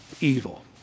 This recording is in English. evil